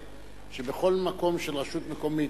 שבכל מקום של רשות מקומית,